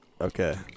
Okay